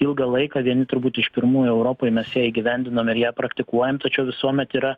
ilgą laiką vieni turbūt iš pirmųjų europoj mes ją įgyvendinom ir ją praktikuojam tačiau visuomet yra